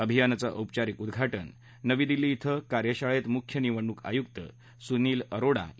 अभियानाचं औपचारिक उद्घाटन नवी दिल्ली क्वें कार्यशाळेत मुख्य निवडणूक आयुक्त सुनील अरोडा यांनी केलं